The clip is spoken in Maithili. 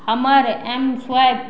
हमर एमस्वाइप